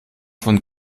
von